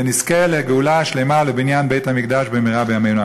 ונזכה לגאולה שלמה ולבניין בית-המקדש במהרה בימינו,